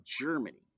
Germany